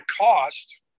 cost